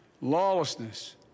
lawlessness